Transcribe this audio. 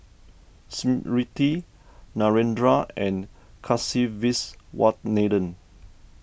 Smriti Narendra and Kasiviswanathan